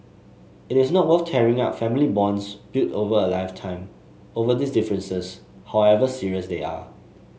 it is not worth tearing up family bonds built over a lifetime over these differences however serious they are